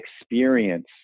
experience